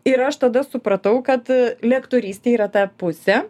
ir aš tada supratau kad lektorystė yra ta pusė